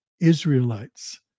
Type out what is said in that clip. Israelites